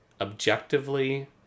objectively